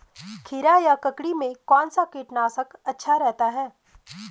खीरा या ककड़ी में कौन सा कीटनाशक अच्छा रहता है?